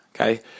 okay